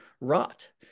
rot